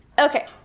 Okay